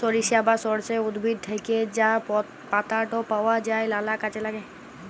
সরিষা বা সর্ষে উদ্ভিদ থ্যাকে যা পাতাট পাওয়া যায় লালা কাজে ল্যাগে